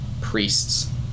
priests